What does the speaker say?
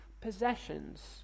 possessions